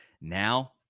Now